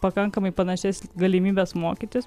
pakankamai panašias galimybes mokytis